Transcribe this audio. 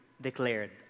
declared